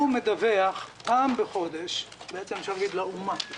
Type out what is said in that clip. הוא מדווח פעם בחודש לאומה.